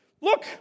look